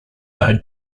are